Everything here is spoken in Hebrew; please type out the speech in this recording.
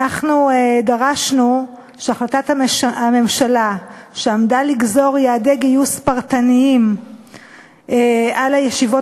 אנחנו דרשנו שהחלטת הממשלה שעמדה לגזור יעדי גיוס פרטניים על הישיבות